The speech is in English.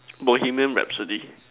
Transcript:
Bohemian Rhapsody